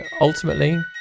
ultimately